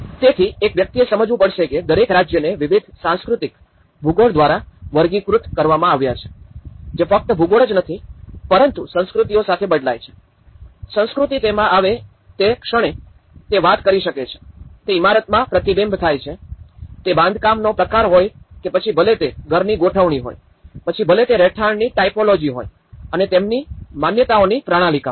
તેથી એક વ્યક્તિએ સમજવું પડશે કે દરેક રાજ્યને વિવિધ સાંસ્કૃતિક ભૂગોળ દ્વારા વર્ગીકૃત કરવામાં આવ્યા છે જે ફક્ત ભૂગોળ જ નથી પરંતુ સંસ્કૃતિઓ સાથે બદલાય છે સંસ્કૃતિ તેમાં આવે તે ક્ષણ તે વાત કરી શકે છે તે ઇમારતમાં પ્રતિબિંબિત થાય છે તે બાંધકામનો પ્રકાર હોય કે પછી ભલે તે ઘરની ગોઠવણી હોય પછી ભલે તે રહેઠાણની ટાઇપોલોજી હોય અને તેમની માન્યતાઓની પ્રણાલીકા હોય